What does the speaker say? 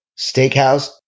steakhouse